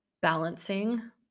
balancing